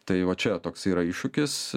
tai va čia toks yra iššūkis